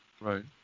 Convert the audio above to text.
Right